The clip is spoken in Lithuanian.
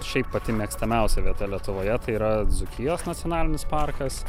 šiaip pati mėgstamiausia vieta lietuvoje tai yra dzūkijos nacionalinis parkas